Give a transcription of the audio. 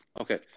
Okay